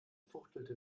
fuchtelte